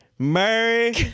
Mary